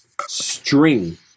string